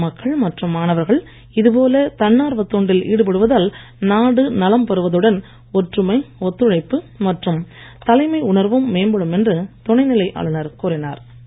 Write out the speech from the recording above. கிராம மக்கள் மற்றும் மாணவர்கள் இதுபோல தன்னார்வ தொண்டில் ஈடுபடுவதால் நாடு நலம் பெறுவதுடன் ஒற்றுமை ஒத்துழைப்பு மற்றும் தலைமை உணர்வும் மேம்படும் என்று துணைநிலை ஆளுநர் கூறினார்